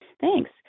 Thanks